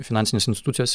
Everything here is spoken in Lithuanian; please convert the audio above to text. finansines institucijas